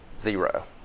Zero